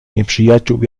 nieprzyjaciół